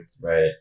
right